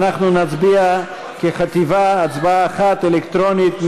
אנחנו נצביע כחטיבה, הצבעה אחת אלקטרונית.